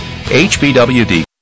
HBWD